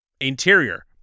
Interior